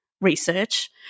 research